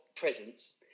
presence